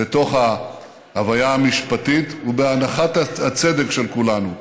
בתוך ההוויה המשפטית ובהנחת הצדק של כולנו.